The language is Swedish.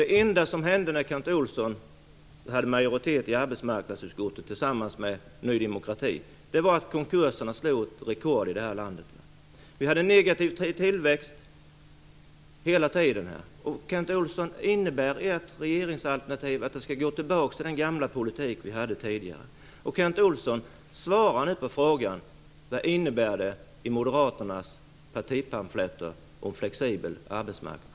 Det enda som hände när Kent Olssons parti tillsammans med Ny demokrati hade majoritet i utskottet var att konkurserna slog rekord i det här landet. Tillväxten var hela tiden negativ. Innebär ert regeringsalternativ att vi skall gå tillbaka till den gamla politik som vi hade tidigare? Kent Olsson, svara nu på frågan: Vad innebär det som står i Moderaternas partipamfletter om flexibel arbetsmarknad?